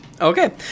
Okay